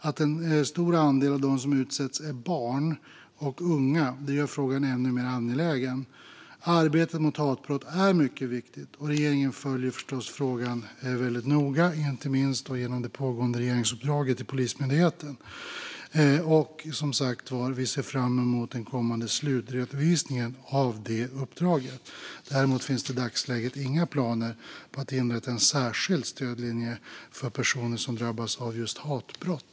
Att en stor andel av dem som utsätts är barn och unga gör frågan än mer angelägen. Arbetet mot hatbrott är mycket viktigt, och regeringen följer frågan noga, inte minst genom det pågående regeringsuppdraget till Polismyndigheten. Som sagt: Vi ser fram emot den kommande slutredovisningen av det uppdraget. Däremot finns det i dagsläget inga planer på att inrätta en särskild stödlinje för personer som drabbas av just hatbrott.